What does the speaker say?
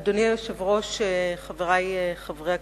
אדוני היושב-ראש, חברי חברי הכנסת,